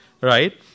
right